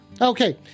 Okay